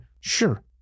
sure